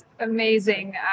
Amazing